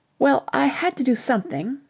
well, i had to do something.